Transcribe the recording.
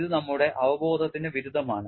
ഇത് നമ്മുടെ അവബോധത്തിന് വിരുദ്ധമാണ്